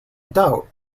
doubt